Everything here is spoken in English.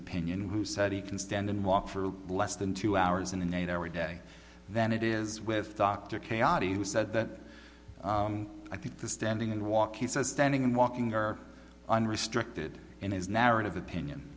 opinion who said he can stand and walk for less than two hours in an eight hour day than it is with dr kay adi who said that i think the standing and walk he says standing and walking are unrestricted in his narrative opinion